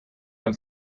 del